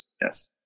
yes